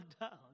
down